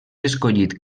escollit